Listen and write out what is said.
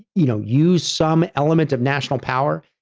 you know, use some element of national power?